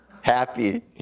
happy